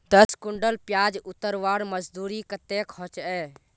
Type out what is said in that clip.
दस कुंटल प्याज उतरवार मजदूरी कतेक होचए?